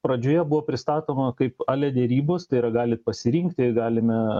pradžioje buvo pristatoma kaip a la derybos tai yra galit pasirinkti galime